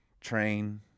train